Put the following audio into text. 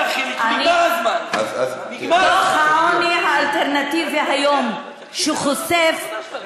דוח העוני האלטרנטיבי הוא פניה, לפחות אני נכנס.